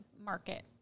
market